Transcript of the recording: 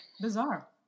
Bizarre